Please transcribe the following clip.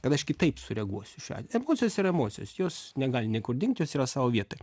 kad aš kitaip sureaguosiu šiuo atveju emocijos yra emocijos jos negali niekur dingt jos yra savo vietoje